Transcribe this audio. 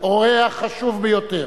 אורח חשוב ביותר,